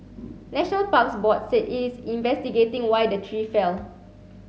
national Parks Board said it's investigating why the tree fell